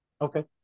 Okay